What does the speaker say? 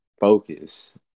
focus